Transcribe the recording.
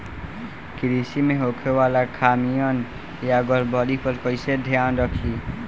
कृषि में होखे वाला खामियन या गड़बड़ी पर कइसे ध्यान रखि?